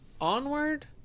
onward